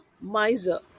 miser